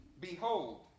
Behold